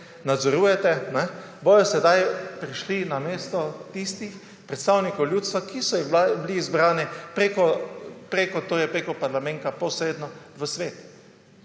nadzorujete, bodo sedaj prišli namesto tistih predstavnikov ljudstva, ki so bili izbrani prek parlamenta posredno v svet.